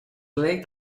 lijkt